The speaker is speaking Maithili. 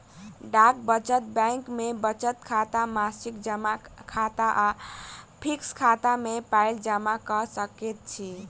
डाक बचत बैंक मे बचत खाता, मासिक जमा खाता आ फिक्स खाता मे पाइ जमा क सकैत छी